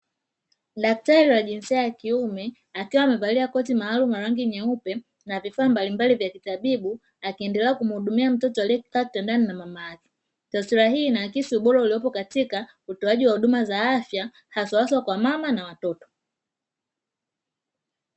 Daktari wa jinsia ya kiume akiwa amevalia koti maalumu la rangi nyeupe na vifaa mbalimbali vya kitabibu akiendelea kumhudumia mtoto aliyekaa kitandani na mama yake, taswira hii inaakisi ubora uliopo katika utoaji wa huduma za afya haswahaswa kwa mama na watoto.